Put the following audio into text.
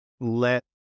let